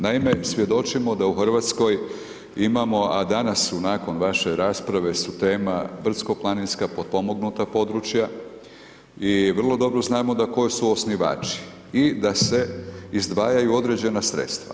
Naime, svjedočimo da u Hrvatskoj imamo a danas su nakon vaše rasprave su tema brdsko planinska potpomognuta područja i vrlo dobro znamo da koji su osnivači i da se izdvajaju određene sredstva.